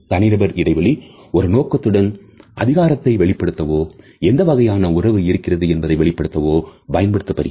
தனிநபர் இடைவெளி ஒரு நோக்கத்துடன் அதிகாரத்தை வெளிப்படுத்துவோ எந்த வகையான உறவு இருக்கிறது என்பதை வெளிப்படுத்தவோ பயன்படுத்தப்படுகிறது